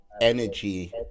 energy